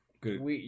Good